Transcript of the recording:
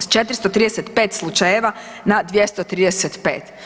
S 435 slučajeva na 235.